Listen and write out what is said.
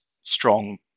strong